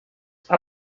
also